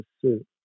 suit